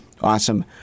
Awesome